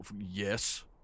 yes